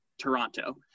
Toronto